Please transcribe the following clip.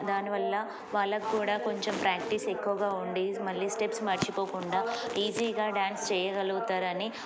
దానివల్ల వాళ్ళకి కూడా కొంచెం ప్రాక్టీస్ ఎక్కువగా ఉండి మళ్ళీ స్టెప్స్ మర్చిపోకుండా ఈజీగా డ్యాన్స్ చేయగలుగుతారని